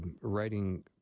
writing